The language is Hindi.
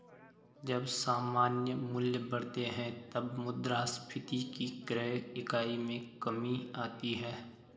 जब सामान्य मूल्य बढ़ते हैं, तब मुद्रास्फीति की क्रय इकाई में कमी आती है